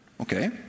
Okay